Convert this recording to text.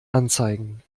anzeigen